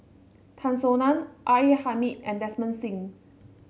Tan Soo Nan R A Hamid and Desmond Sim